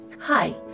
Hi